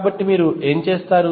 కాబట్టి మీరు ఏమి చేస్తారు